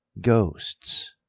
Ghosts